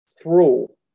thrall